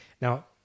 Now